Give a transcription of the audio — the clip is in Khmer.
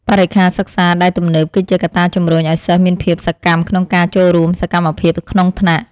បរិក្ខារសិក្សាដែលទំនើបគឺជាកត្តាជំរុញឱ្យសិស្សមានភាពសកម្មក្នុងការចូលរួមសកម្មភាពក្នុងថ្នាក់។